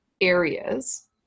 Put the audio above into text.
areas